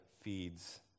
feeds